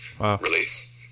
release